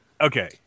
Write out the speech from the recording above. Okay